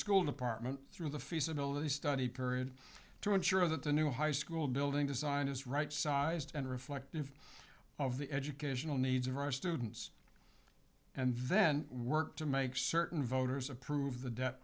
school department through the feasibility study period to ensure that the new high school building design is right sized and reflective of the educational needs of our students and then work to make certain voters approve the debt